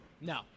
no